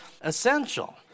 essential